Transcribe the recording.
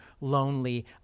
lonely